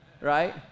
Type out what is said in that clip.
right